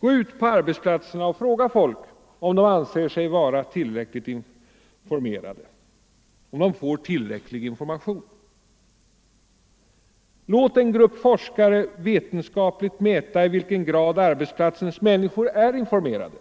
Gå ut på arbetsplatserna och fråga folk om de anser sig vara tillräckligt informerade, om de får tillräcklig information. Låt en grupp forskare vetenskapligt mäta i vilken grad arbetsplatsens människor är informerade.